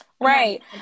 Right